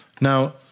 Now